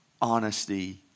honesty